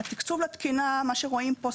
התקצוב לתקינה מה שרואים פה,